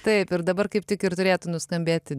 taip ir dabar kaip tik ir turėtų nuskambėti